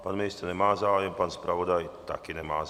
Pan ministr nemá zájem, pan zpravodaj taky nemá zájem.